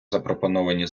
запропоновані